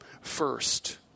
first